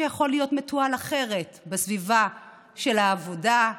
שיכול להיות מתועל אחרת בסביבה של העבודה,